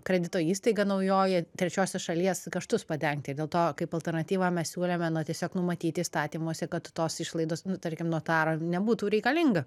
kredito įstaiga naujoji trečiosios šalies kaštus padengti dėl to kaip alternatyvą mes siūlėme na tiesiog numatyti įstatymuose kad tos išlaidos nu tarkim notarą nebūtų reikalinga